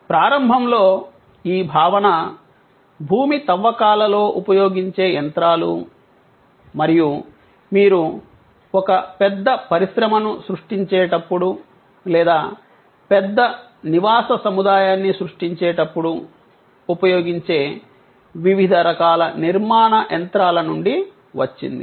ప్రారంభంలో ఈ భావన భూమి తవ్వకాలలో ఉపయోగించే యంత్రాలు మరియు మీరు ఒక పెద్ద పరిశ్రమను సృష్టించేటప్పుడు లేదా పెద్ద నివాస సముదాయాన్ని సృష్టించేటప్పుడు ఉపయోగించే వివిధ రకాల నిర్మాణ యంత్రాల నుండి వచ్చింది